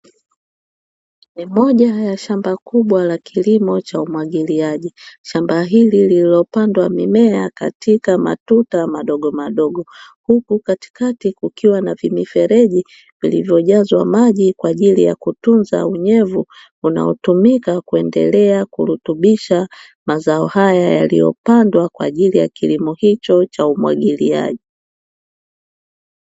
Ni moja ya shamba kubwa la kilimo cha umwagiliaji. Shamba hili lililopandwa mimea katika matuta madogomadogo, huku katikati kukiwa na vimifereji vilivyojazwa maji kwa ajili ya kutunza unyevu unaotumika kuendelea kurutubisha mazao haya yaliyopandwa kwa ajili ya kilimo hicho cha umwagiliaji.